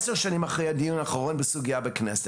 עשר שנים אחרי הדיון האחרון בסוגייה בכנסת.